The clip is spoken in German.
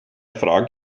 frage